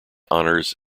honors